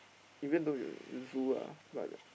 even though it the zoo ah but